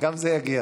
גם זה יגיע.